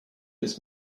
this